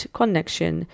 connection